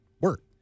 work